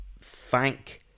thank